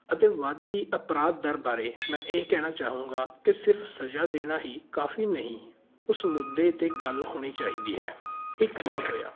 ਅਤੇ ਵੱਧਦੀ ਅਪਰਾਧ ਦਰ ਬਾਰੇ ਮੈਂ ਇਹ ਕਹਿਣਾ ਚਾਹੂੰਗਾ ਕਿ ਸਿਰਫ ਸਜ਼ਾ ਦੇਣਾ ਹੀ ਕਾਫੀ ਨਹੀਂ ਉਸ ਮੁੱਦੇ 'ਤੇ ਗੱਲ ਹੋਣੀ ਚਾਹੀਦੀ ਹੈ ਇਹ ਕਿਉਂ ਹੋਇਆ